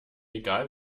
egal